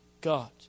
God